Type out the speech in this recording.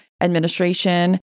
administration